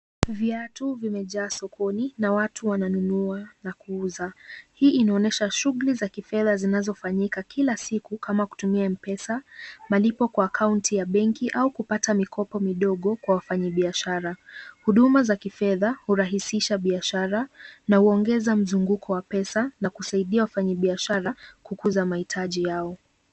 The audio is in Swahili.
Viatu vimejaa sokoni na watu wananunua na kuuza. Hii inaonyesha shughuli za kifedha zinazofanyika kila siku kama kutumia M-Pesa, malipo kwa akaunti ya benki au kupata mikopo midogo kwa wafanyibiashara. Huduma za kifedha hurahisisha biashara na huongeza mzunguko wa pesa na kusaidia wafanyibiashara kukuza mahitaji yao.